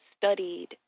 studied